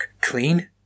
Clean